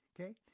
okay